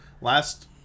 last